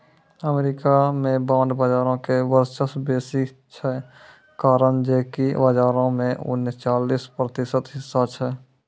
America मे bond बजारो के वर्चस्व बेसी छै, कारण जे कि बजारो मे उनचालिस प्रतिशत हिस्सा छै